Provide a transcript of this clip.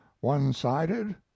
one-sided